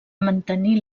mantenir